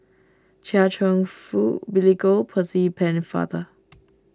Chia Cheong Fook Billy Koh Percy Pennefather